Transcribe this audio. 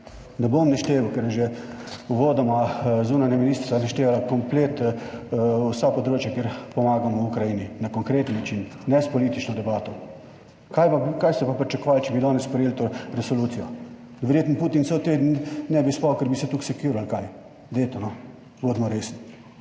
Ne bom našteval, ker je že uvodoma zunanja ministrica naštevala komplet, vsa področja kjer pomaga Ukrajini na konkreten način, ne s politično debato. Kaj ste pa pričakovali, če bi danes sprejeli to resolucijo? Verjetno Putin cel teden ne bi spal, ker bi se tako sekiral ali kaj. Dajte no, bodimo resni.